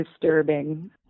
disturbing